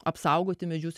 apsaugoti medžius